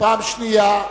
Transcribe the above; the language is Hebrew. פעם שנייה,